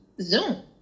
Zoom